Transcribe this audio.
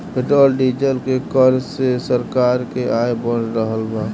petrol diesel के कर से सरकार के आय बढ़ रहल बा